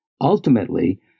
Ultimately